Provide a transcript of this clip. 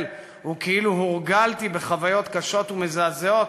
וכאילו הורגלתי בחוויות קשות ומזעזעות,